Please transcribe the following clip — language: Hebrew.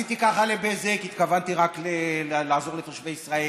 עשיתי ככה בבזק, התכוונתי רק לעזור לתושבי ישראל.